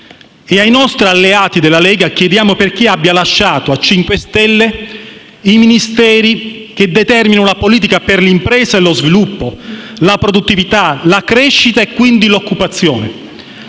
e ai nostri alleati della Lega chiediamo perché abbia lasciato al Movimento 5 Stelle i Ministeri che determinano la politica per l'impresa e lo sviluppo, la produttività, la crescita e quindi l'occupazione.